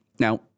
Now